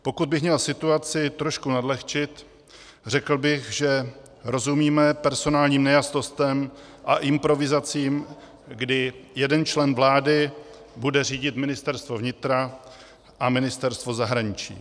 Pokud bych měl situaci trošku nadlehčit, řekl bych, že rozumíme personálním nejasnostem a improvizacím, kdy jeden člen vlády bude řídit Ministerstvo vnitra a Ministerstvo zahraničí.